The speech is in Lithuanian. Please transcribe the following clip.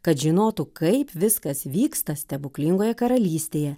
kad žinotų kaip viskas vyksta stebuklingoje karalystėje